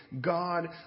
God